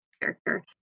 character